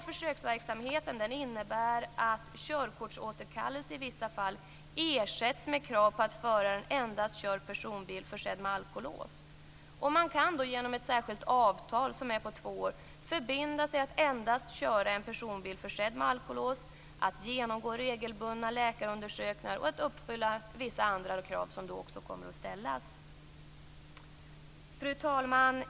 Försöksverksamheten innebär att körkortsåterkallelse i vissa fall ersätts med krav på att föraren endast kör personbil försedd med alkolås. En person kan genom ett särskilt avtal på två år förbinda sig att köra endast en personbil försedd med alkolås, att genomgå regelbundna läkarundersökningar och att uppfylla vissa andra krav som också kommer att ställas. Fru talman!